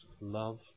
love